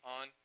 on